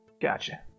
Gotcha